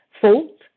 fault